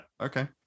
okay